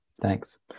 Thanks